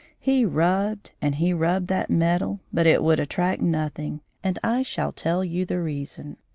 he rubbed and he rubbed that metal, but it would attract nothing, and i shall tell you the reason.